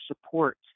support